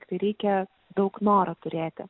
tiktai reikia daug noro turėti